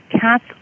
cats